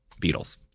Beatles